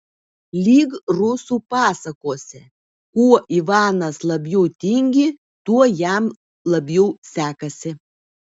lyg rusų pasakose kuo ivanas labiau tingi tuo jam labiau sekasi